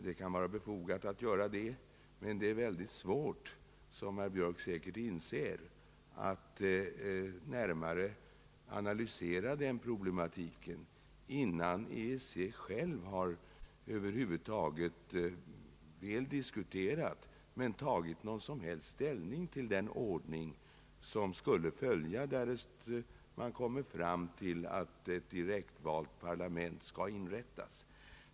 Det kan vara befogat att göra detta, men det är väldigt svårt, vilket herr Björk säkert inser, att närmare analysera den problematiken, innan EEC själv tagit någon som helst ställning till den ordning som skulle följa därest man kommer fram till att ett direktvalt parlament skall inrättas.